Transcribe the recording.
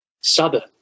suburb